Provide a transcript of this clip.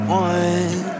one